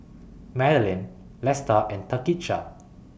Madilyn Lesta and Takisha